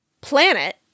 planet